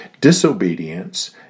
disobedience